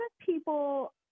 people